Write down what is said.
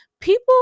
people